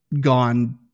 gone